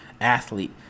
athlete